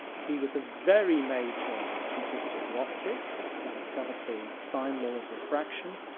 he was a very major contributor to optics, he discovered the sine law of refraction,